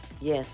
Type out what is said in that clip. Yes